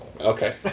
Okay